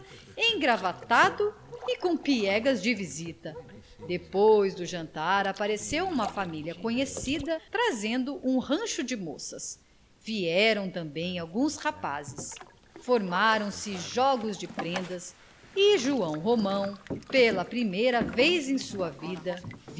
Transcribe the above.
engravatado e com piegas de visita depois do jantar apareceu uma família conhecida trazendo um rancho de moças vieram também alguns rapazes formaram-se jogos de prendas e joão romão pela primeira vez em sua vida